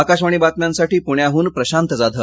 आकाशवाणी बातम्यांसाठी पुण्याह्न प्रशांत जाधव